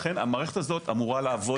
לכן המערכת הזאת אמורה לעבוד יפה.